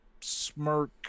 smirk